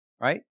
Right